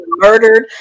Murdered